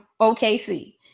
okc